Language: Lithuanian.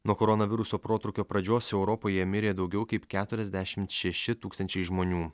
nuo koronaviruso protrūkio pradžios europoje mirė daugiau kaip keturiasdešimt šeši tūkstančiai žmonių